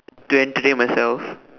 to entertain myself